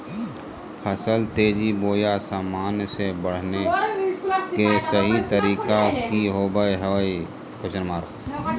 फसल तेजी बोया सामान्य से बढने के सहि तरीका कि होवय हैय?